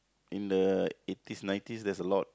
in the eighties nineties there's a lot